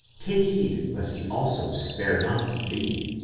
take heed lest he also spare not thee.